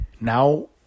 now